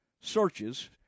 searches